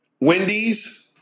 Wendy's